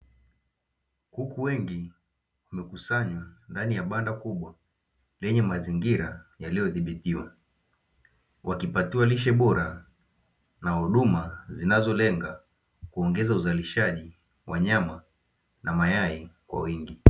Kuku wengi wamekusanywa ndani ya banda kubwa lenye mazingira yaliyodhibitiwa, wakipatiwa lishe bora na huduma zinazolenga kuongeza uzalishaji wa nyama na mayai kwa wingi.